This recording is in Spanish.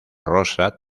rosa